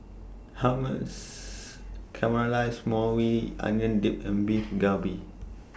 Hummus Caramelized Maui Onion Dip and Beef Galbi